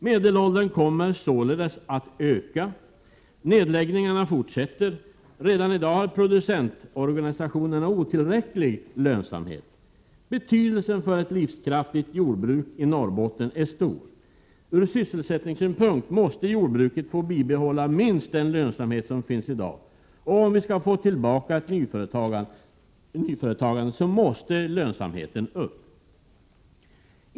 Medelåldern kommer således att öka. Nedläggningarna fortsätter. Redan i dag har producentorganisationerna otillräcklig lönsamhet. Betydelsen av ett livskraftigt jordbruk i Norrbotten är stor. Ur sysselsättningssynpunkt måste jordbruket få bibehålla minst den lönsamhet som finns i dag, och om vi skall få tillbaka ett nyföretagande måste lönsamheten upp.